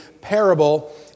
parable